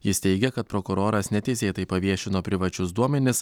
jis teigia kad prokuroras neteisėtai paviešino privačius duomenis